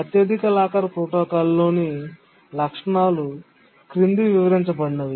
అత్యధిక లాకర్ ప్రోటోకాల్లోని లక్షణాలు క్రింద వివరించబడినవి